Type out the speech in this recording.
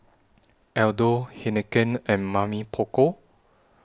Aldo Heinekein and Mamy Poko